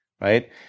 right